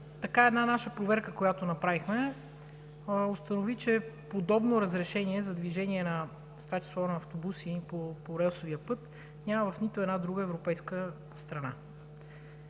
Една наша проверка, която направихме, установи, че подобно разрешение за движение, в това число на автобуси по релсовия път, няма в нито една друга европейска страна.